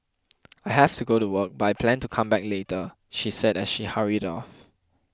I have to go to work but I plan to come back later she said as she hurried off